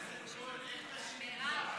לרשותך, כבוד סגן השר.